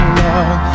love